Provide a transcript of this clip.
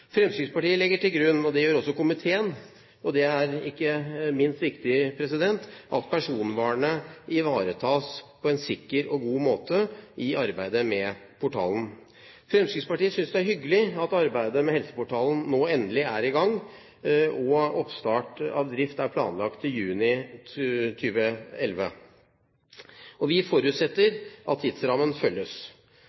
Fremskrittspartiet legger til grunn – og det gjør også komiteen, det er ikke minst viktig – at personvernet ivaretas på en sikker og god måte i arbeidet med portalen. Fremskrittspartiet synes det er hyggelig at arbeidet med helseportalen nå endelig er i gang, og at oppstart av drift er planlagt i juni 2011. Vi forutsetter